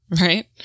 Right